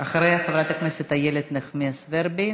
אחריה, חברת הכנסת איילת נחמיאס ורבין.